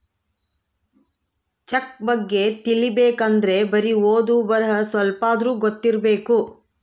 check ಬಗ್ಗೆ ತಿಲಿಬೇಕ್ ಅಂದ್ರೆ ಬರಿ ಓದು ಬರಹ ಸ್ವಲ್ಪಾದ್ರೂ ಗೊತ್ತಿರಬೇಕು